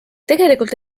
tegelikult